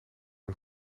een